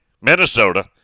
Minnesota